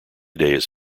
days